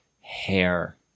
hair